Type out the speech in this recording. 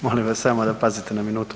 Molim vas samo da pazite na minutu.